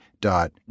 dot